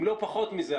אם לא פחות מזה,